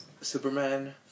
Superman